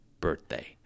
birthday